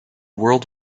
world